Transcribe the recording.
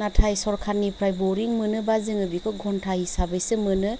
नाथाय सरकारनिफ्राय बरिं मोनोबा जोङो बेखौ घन्था हिसाबैसो मोनो